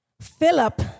Philip